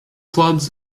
clubs